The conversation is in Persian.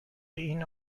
این